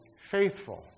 faithful